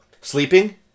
Sleeping